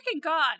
god